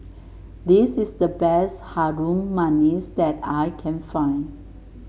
this is the best Harum Manis that I can find